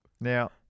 Now